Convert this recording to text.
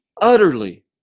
utterly